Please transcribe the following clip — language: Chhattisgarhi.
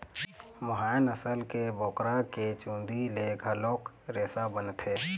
मोहायर नसल के बोकरा के चूंदी ले घलोक रेसा बनथे